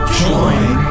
join